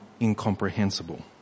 incomprehensible